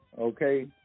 okay